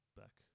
back